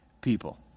people